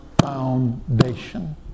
foundation